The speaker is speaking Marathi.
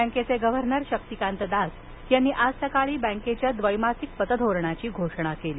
बँकेचे गव्हर्नर शक्तीकांत दास यांनी आज सकाळी बँकेच्या द्वैमासिक पतधोरणाची घोषणा केली